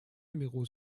numéro